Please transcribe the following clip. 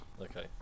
Okay